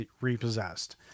repossessed